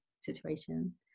situation